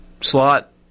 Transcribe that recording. slot